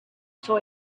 saw